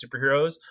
superheroes